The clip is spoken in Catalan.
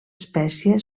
espècie